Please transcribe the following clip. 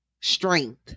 strength